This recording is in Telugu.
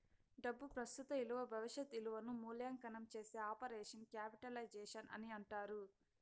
డబ్బు ప్రస్తుత ఇలువ భవిష్యత్ ఇలువను మూల్యాంకనం చేసే ఆపరేషన్ క్యాపిటలైజేషన్ అని అంటారు